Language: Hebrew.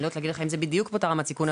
יודעת להגיד לך אם זה בדיוק באותה רמת סיכון,